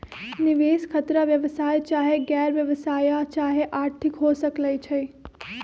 निवेश खतरा व्यवसाय चाहे गैर व्यवसाया चाहे आर्थिक हो सकइ छइ